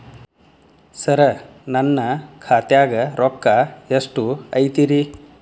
ಸರ ನನ್ನ ಖಾತ್ಯಾಗ ರೊಕ್ಕ ಎಷ್ಟು ಐತಿರಿ?